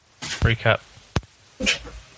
Recap